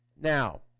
Now